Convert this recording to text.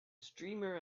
streamer